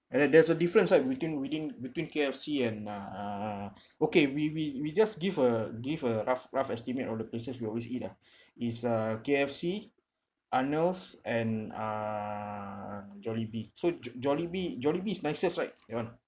and then there's a difference right between between between K_F_C and uh okay we we we just give a give a rough rough estimate of the places we always eat ah it's uh K_F_C arnold's and uh jollibee so jo~ jollibee jollibee is nicest right that one